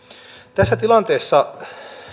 tässä tilanteessa